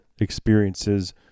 experiences